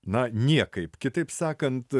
na niekaip kitaip sakant